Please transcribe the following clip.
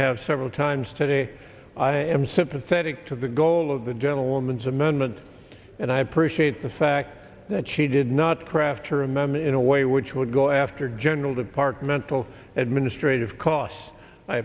have several times today i am sympathetic to the goal of the gentleman's amendment and i appreciate the fact that she did not craft her a memo in a way which would go after general departmental administrative cos